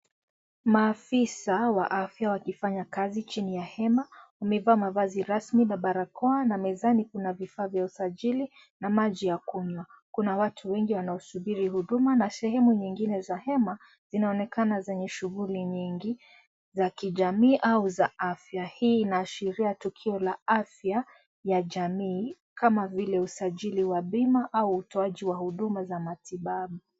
Maafisa wa afya wakifanya kazi chini ya hema wamevaa mavazi rasmi na barakoa na mezani kuna vifaa vya usajiri na maji ya kunywa, kuna watu wengi wanaosubiri huduma na sehemu nyingine za hema zinaonekana zenye shuguli mingi za kijamii au za afya hii inaashiria tukio la afya ya jamii kama vile usajiri wa bima au utoaji wa huduma za matibabu.